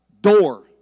door